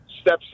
steps